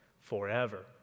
forever